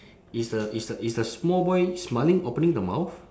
is the is the is the small boy smiling opening the mouth